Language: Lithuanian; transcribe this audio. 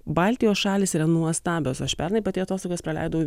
baltijos šalys yra nuostabios aš pernai pati atostogas praleidau